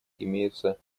имеются